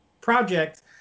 project